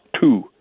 two